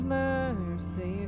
mercy